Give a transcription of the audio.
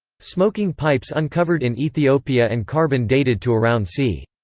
smoking pipes uncovered in ethiopia and carbon-dated to around c.